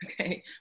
Okay